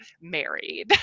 married